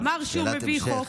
אמר שהוא מביא חוק,